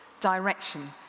direction